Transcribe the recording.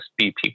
BP